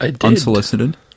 unsolicited